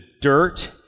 dirt